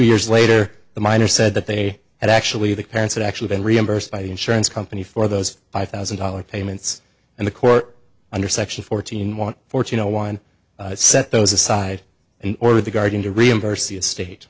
years later the miner said that they had actually the parents had actually been reimbursed by the insurance company for those five thousand dollars payments and the court under section fourteen want four to no one set those aside and ordered the guardian to reimburse the estate